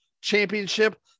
Championship